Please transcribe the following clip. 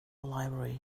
library